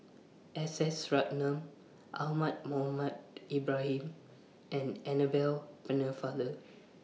S S Ratnam Ahmad Mohamed Ibrahim and Annabel Pennefather